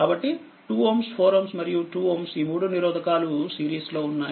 కాబట్టి 2Ω 4Ω మరియు2Ω ఈమూడునిరోధకాలు సిరీస్లో ఉన్నాయి